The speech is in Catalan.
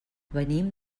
venim